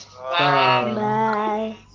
bye